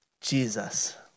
Jesus